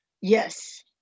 Yes